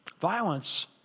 Violence